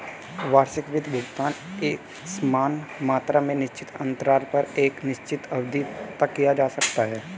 वार्षिक वित्त भुगतान एकसमान मात्रा में निश्चित अन्तराल पर एक निश्चित अवधि तक किया जाता है